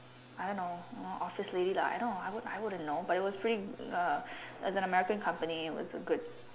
I don't know office lady lah I don't I would I wouldn't know but it was pretty uh as an American company it was a good